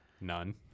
None